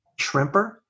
shrimper